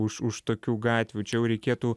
už už tokių gatvių čia jau reikėtų